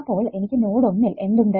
അപ്പോൾ എനിക്ക് നോഡ് 1 യിൽ എന്തുണ്ട്